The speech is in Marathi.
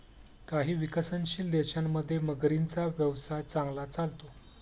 काही विकसनशील देशांमध्ये मगरींचा व्यवसाय चांगला चालतो